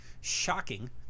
shocking